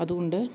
അതുകൊണ്ട്